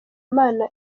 imana